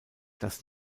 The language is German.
das